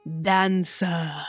Dancer